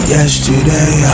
Yesterday